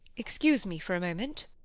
excusc me for a moment.